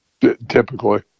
Typically